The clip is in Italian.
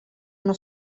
uno